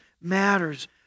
matters